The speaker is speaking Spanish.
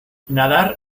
nadar